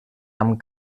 amb